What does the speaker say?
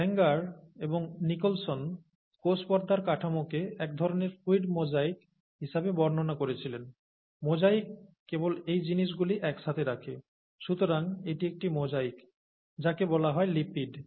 Sanger এবং Nicolson কোষ পর্দার কাঠামোকে এক ধরণের 'fluid mosaic' হিসাবে বর্ণনা করেছিলেন মোজাইক কেবল এই জিনিসগুলি একসাথে রাখে সুতরাং এটি একটি মোজাইক যাকে বলা হয় লিপিড